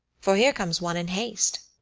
for here comes one in haste.